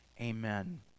Amen